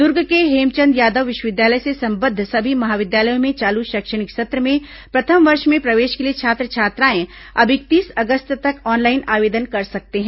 दुर्ग के हेमचंद यादव विश्वविद्यालय से संबद्ध सभी महाविद्यालयों में चालू शैक्षणिक सत्र में प्रथम वर्ष में प्रवेश के लिए छात्र छात्राएं अब इकतीस अगस्त तक ऑनलाइन आवेदन कर सकते हैं